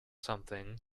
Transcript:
something